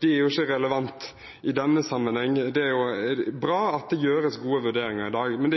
er jo ikke relevante i denne sammenheng. Det er bra at det gjøres gode vurderinger i dag, men